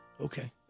Okay